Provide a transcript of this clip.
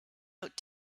out